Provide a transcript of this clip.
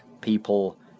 people